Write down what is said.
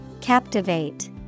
Captivate